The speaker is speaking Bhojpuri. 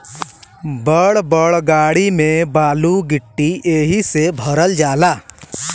बड़ बड़ गाड़ी में बालू गिट्टी एहि से भरल जाला